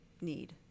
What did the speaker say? need